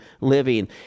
living